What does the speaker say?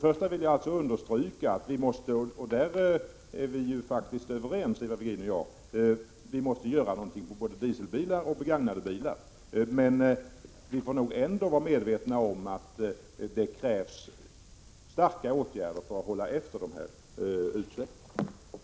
Jag vill alltså understryka — och där är vi överens, Ivar Virgin och jag — att vi måste göra någonting åt både dieselbilar och begagnade bilar. Men vi får nog ändå vara medvetna om att det krävs kraftfulla åtgärder för att hålla efter utsläppen.